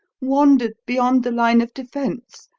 wandered beyond the line of defence,